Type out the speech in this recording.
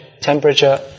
temperature